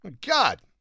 God